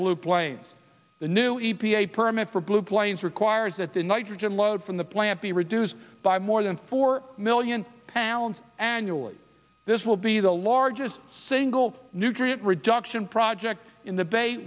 blue plains the new e p a permit for blue plains requires that the nitrogen load from the plant be reduced by more than four million pounds annually this will be the largest single nutrient reduction project in the bay